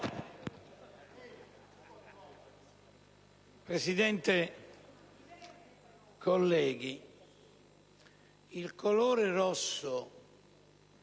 Presidente, colleghi, il colore rosso